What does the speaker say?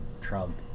Trump